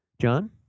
John